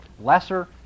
lesser